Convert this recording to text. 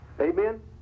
Amen